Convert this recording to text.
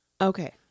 Okay